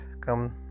come